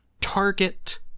target